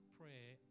prayer